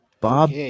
Bob